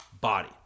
body